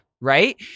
Right